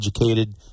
educated